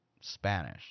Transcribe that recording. Spanish